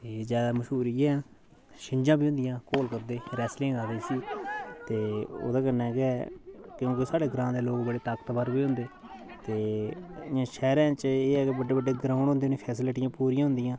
ते ज्यादा मश्हूर इ'यै न छिंजा बी होंदियां कोल करदे रैसलिंग आखदे इसी ते ओह्दे कन्नै गै क्योंकि साढ़ै ग्रांऽ दे लोक बड़े ताकतवर बी होंदे ते इ'यां शैह्रे च एह् ऐ कि बड्डे बड्डे ग्राउंड होंदे न फैसलिटी पूरियां होंदियां